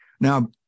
Now